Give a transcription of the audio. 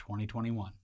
2021